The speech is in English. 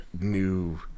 new